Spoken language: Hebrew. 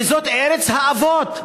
וזאת ארץ האבות,